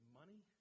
money